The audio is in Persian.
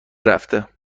رفته